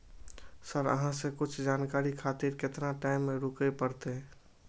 Sir अहाँ से कुछ जानकारी खातिर केतना टाईम रुके परतें?